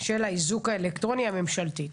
של האיזוק האלקטרוני, הממשלתית.